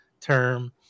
term